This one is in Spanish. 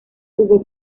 jugó